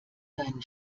deinen